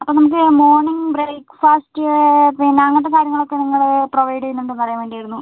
അപ്പം നമുക്ക് morning breakfast പിന്നെ അങ്ങനത്തെ കാര്യങ്ങളൊക്കെ നിങ്ങൾ പ്രൊവൈഡ് ചെയ്യുന്നുണ്ടോ എന്ന് അറിയാൻ വേണ്ടി ആയിരുന്നു